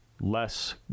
less